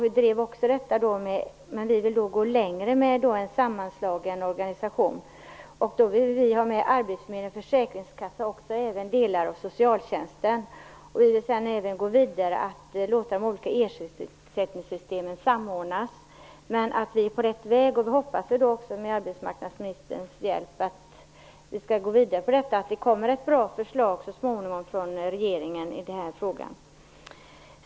Vi vill nämligen gå längre med en sammanslagen organisation, i vilken vi vill att arbetsförmedling, försäkringskassa och delar av socialtjänsten skall ingå. Vi vill också att de olika ersättningssystemen skall samordnas. Vi är nu på rätt väg. Vi hoppas att vi med arbetsmarknadsministerns hjälp skall gå vidare med detta och att det så småningom skall komma ett bra förslag från regeringen i frågan.